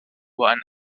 what